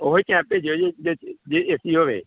ਉਹੀ ਕੈਬ ਭੇਜਿਓ ਜੀ ਜਿਸ 'ਚ ਜਿਸ 'ਚ ਏ ਸੀ ਹੋਵੇ